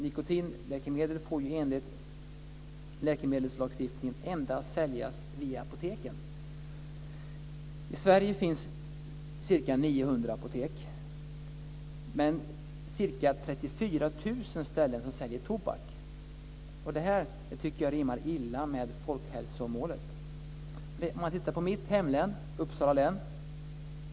Nikotinläkemedel får ju, enligt läkemedelslagstiftningen, endast säljas via apoteken. I Sverige finns ca 900 apotek men ca 34 000 ställen som säljer tobak. Jag tycker att det rimmar illa med folkhälsomålet. Man kan titta på mitt hemlän, Uppsala län.